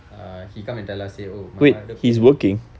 err he come and tell us say oh my mother pay hav~